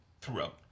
throughout